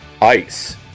Ice